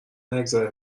نگذره